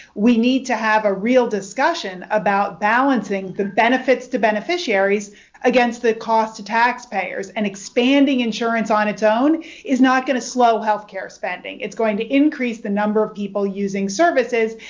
we need to have a real discussion about balancing the benefits to beneficiaries against the cost to taxpayers. and expanding insurance on its own is not going to slow health care spending. it's going to increase the number of people using services.